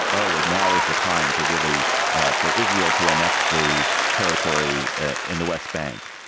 oh, it now is the time to really for israel to annex the territory in the west bank.